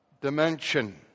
dimension